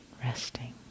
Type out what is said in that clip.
resting